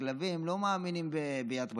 הכלבים לא מאמינים בביאת משיח,